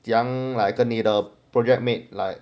怎样 like 跟你的 project mate like